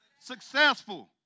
successful